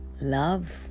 love